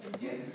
Yes